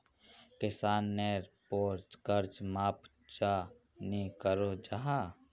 किसानेर पोर कर्ज माप चाँ नी करो जाहा?